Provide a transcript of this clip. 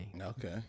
Okay